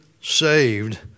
saved